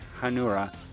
Hanura